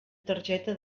targeta